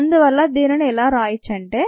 అందువల్ల దీనిని ఎలా రాయొచ్చంటే